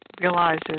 realizes